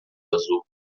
azul